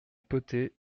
potay